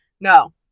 No